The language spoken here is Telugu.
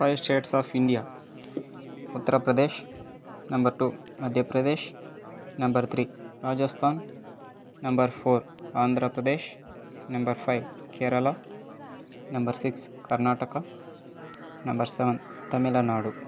five states of India Uttar Pradesh number two Madhya Pradesh number three Rajasthan number four Andhra Pradesh number five Kerala number six Karnataka number seven Tamil Nadu